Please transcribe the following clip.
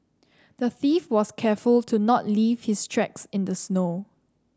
the thief was careful to not leave his tracks in the snow